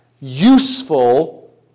Useful